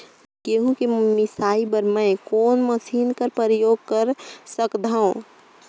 गहूं के मिसाई बर मै कोन मशीन कर प्रयोग कर सकधव?